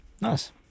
Nice